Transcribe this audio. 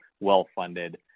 well-funded